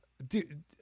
Dude